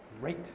Great